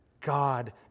God